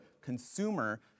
consumer